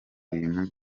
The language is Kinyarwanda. bintu